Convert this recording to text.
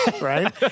right